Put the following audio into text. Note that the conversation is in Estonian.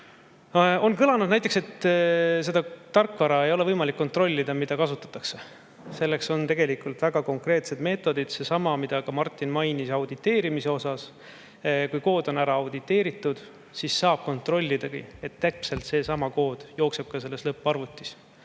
On kõlanud näiteks, et ei ole võimalik kontrollida seda tarkvara, mida kasutatakse. Selleks on tegelikult väga konkreetsed meetodid. Seesama, mida ka Martin mainis, auditeerimise osas: kui kood on ära auditeeritud, siis saab kontrollida, et täpselt seesama kood jookseks ka lõpparvutis.